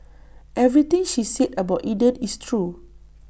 everything she said about Eden is true